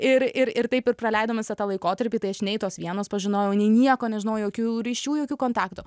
ir ir ir taip ir praleidom visą tą laikotarpį tai aš nei tos vienos pažinojau nei nieko nežinojau jokių ryšių jokių kontaktų